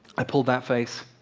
i pulled that face